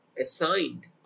assigned